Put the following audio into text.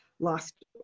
last